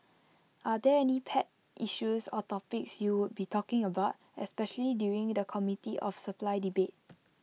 are there any pet issues or topics you would be talking about especially during the committee of supply debate